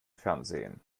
fernsehen